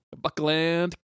Buckland